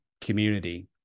community